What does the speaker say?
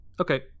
okay